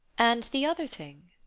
and the other thing?